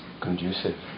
conducive